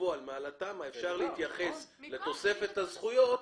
מעל התמ"א, אפשר להתייחס לתוספת הזכויות